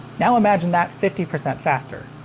now imagine that fifty percent faster.